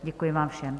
Děkuji vám všem.